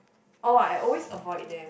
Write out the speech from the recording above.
oh I always avoid them